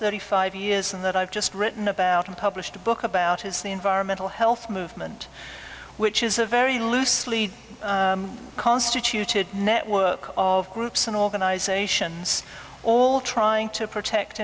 thirty five years and that i've just written about and published a book about is the environmental health movement which is a very loosely constituted network of groups and organizations all trying to protect